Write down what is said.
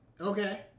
Okay